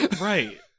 right